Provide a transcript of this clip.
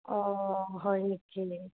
অঁ হয় নেকি